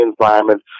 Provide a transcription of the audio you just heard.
environment